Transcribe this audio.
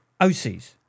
OCs